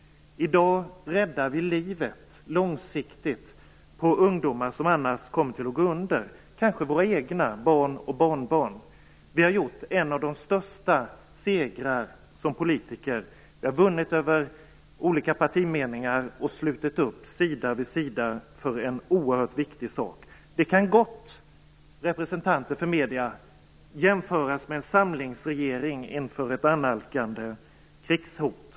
I dag räddar vi långsiktigt livet på ungdomar som annars riskerar att gå under, kanske våra egna barn och barnbarn. Vi har vunnit en av de största segrar som politiker. Vi har vunnit över olika partimeningar och slutit upp sida vid sida för en oerhört viktig sak. Det kan gott, representanter för medierna, jämföras med en samlingsregering inför ett annalkande krigshot.